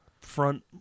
front